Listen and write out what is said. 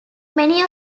many